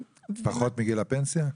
פחות מגיל הפנסיה?